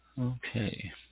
Okay